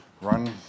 run